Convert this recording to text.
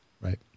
Right